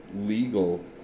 legal